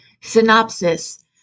Synopsis